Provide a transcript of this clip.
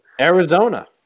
Arizona